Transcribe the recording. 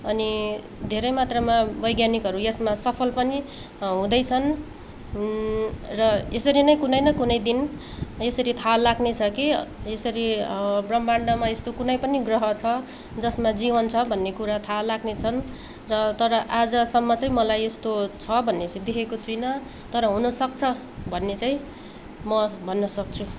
अनि धेरै मात्रामा वैज्ञानिकहरू यसमा सफल पनि हुँदैछन् र यसरी नै कुनै न कुनै दिन यसरी थाहा लाग्नेछ कि यसरी ब्रह्माण्डमा यस्तो कुनै पनि ग्रह छ जसमा जीवन छ भन्ने कुरा थाहा लाग्नेछन् र तर आजसम्म चाहिँ मलाई यस्तो छ भन्ने चाहिँ देखेको छुइनँ तर हुनसक्छ भन्ने चाहिँ म भन्न सक्छु